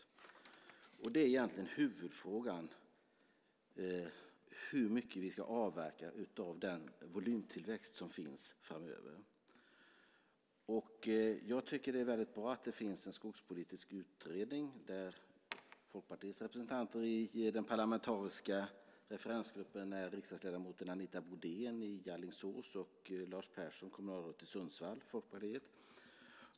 Huvudfrågan är egentligen hur mycket vi ska avverka av den volymtillväxt som finns framöver. Jag tycker att det är väldigt bra att det finns en skogspolitisk utredning där Folkpartiets representanter i den parlamentariska referensgruppen är riksdagsledamoten Anita Brodén i Alingsås och Lars Persson, kommunalråd i Sundsvall.